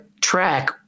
track